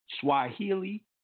Swahili